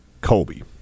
Colby